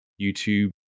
YouTube